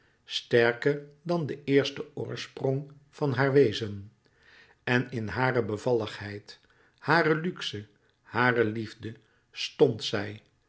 sterker dan den eersten oorsprong van haar wezen en in hare bevalligheid hare luxe hare liefde stond zij